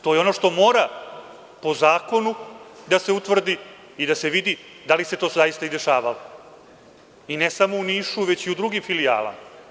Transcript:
To je ono što mora, po zakonu, da se utvrdi i da se vidi da li se to zaista i dešavalo, i ne samo u Nišu već i u drugim filijalama.